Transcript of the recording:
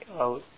out